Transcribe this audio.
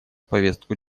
повестку